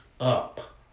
up